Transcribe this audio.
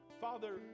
Father